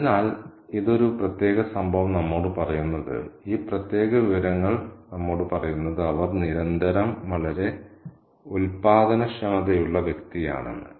അതിനാൽ ഇത് ഒരു പ്രത്യേക സംഭവം നമ്മോട് പറയുന്നത് ഈ പ്രത്യേക വിവരങ്ങൾ നമ്മോട് പറയുന്നത് അവർ നിരന്തരം വളരെ ഉൽപാദനക്ഷമതയുള്ള വ്യക്തിയാണെന്ന്